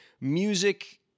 music